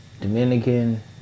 Dominican